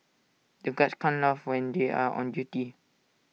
the guards can't laugh when they are on duty